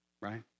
Right